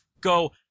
go